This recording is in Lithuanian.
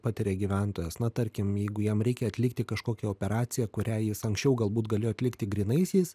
patiria gyventojas na tarkim jeigu jam reikia atlikti kažkokią operaciją kurią jis anksčiau galbūt galėjo atlikti grynaisiais